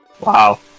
Wow